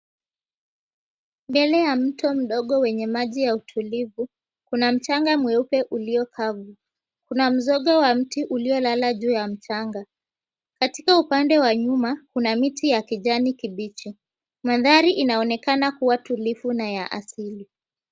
Mbele ya mto mdogo wenye maji ya utulivu kuna mchanga mweupe ulio kavu. Kuna mzoga wa mti uliolala juu ya mchanga. Katika upande wa nyuma kuna miti ya kijani kibichi. Mandhari inaonekana kuwa tulivu na ya asili.